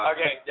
Okay